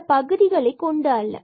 இந்த பகுதிகளை கொண்டு அல்ல